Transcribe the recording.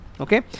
Okay